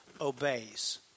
obeys